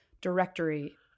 directory